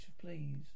please